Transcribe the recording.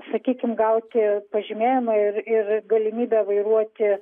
sakykim gauti pažymėjimą ir ir galimybę vairuoti